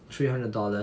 three hundred dollars